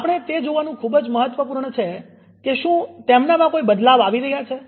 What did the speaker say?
આપણે તે જોવાનું ખુબ જ મહત્વપૂર્ણ છે કે શું તેમનામાં કોઈ બદલાવ આવી રહ્યા છે